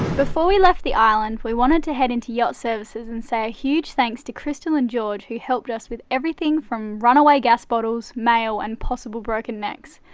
before we left the island, we wanted to head into yacht services and say a huge thanks to crystal and george who helped us with everything from run away gas bottles, mail and possible broken necks.